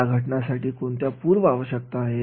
या घाटनासाठी कोणत्या पूर्व आवश्यकता आहेत